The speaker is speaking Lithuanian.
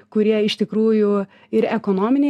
kurie iš tikrųjų ir ekonominį